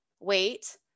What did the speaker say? wait